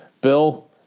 Bill